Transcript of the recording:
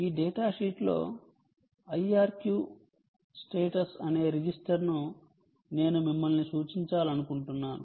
ఈ డేటాషీట్లో IRQ status అనే రిజిస్టర్కు నేను మిమ్మల్ని సూచించాలనుకుంటున్నాను